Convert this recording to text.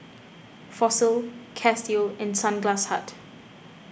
Fossil Casio and Sunglass Hut